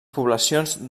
poblacions